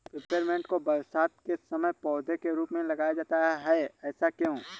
Peppermint को बरसात के समय पौधे के रूप में लगाया जाता है ऐसा क्यो?